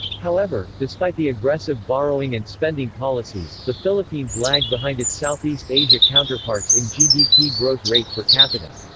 however, despite the aggressive borrowing and spending policies, the philippines lagged behind its southeast asia counterparts in gdp growth rate per capita.